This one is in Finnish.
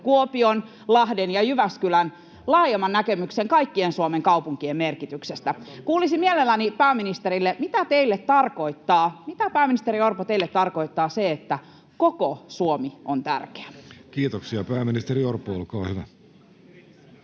Kuopion, Lahden ja Jyväskylän, laajemman näkemyksen kaikkien Suomen kaupunkien merkityksestä. [Vasemmalta: Tämä on totta!] Kuulisin mielelläni pääministeriltä: mitä, pääministeri Orpo, teille tarkoittaa se, että koko Suomi on tärkeä? Kiitoksia. — Pääministeri Orpo, olkaa hyvä.